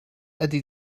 ydy